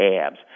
abs